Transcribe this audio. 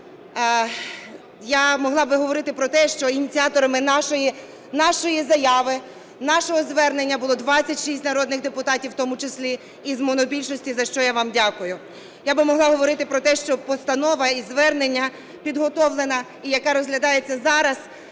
Я могла би говорити про те, що ініціаторами нашої заяви, нашого звернення було 26 народних депутатів, в тому числі із монобільшості, за що я вам дякую. Я би могла говорити про те, що постанова і звернення, підготовлена і яка розглядається зараз,